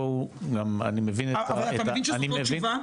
אני מבין --- אבל אתה מבין שזו לא תשובה?